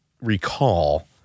recall